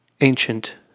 ancient